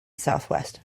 southwest